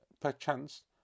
perchance